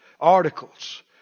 articles